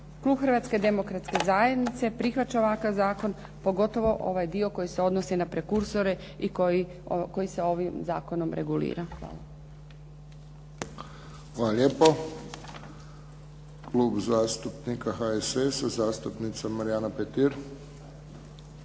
Klub Hrvatske demokratske zajednice, prihvaća ovakav zakon, pogotovo ovaj dio koji se odnosi na prekursore i koji se ovim zakonom regulira. Hvala. **Friščić, Josip (HSS)** Hvala lijepo. Klub zastupnika HSS-a, zastupnica Marijana Petir.